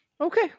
okay